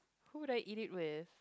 who would I eat it with